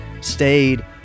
stayed